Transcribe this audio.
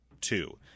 two